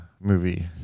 movie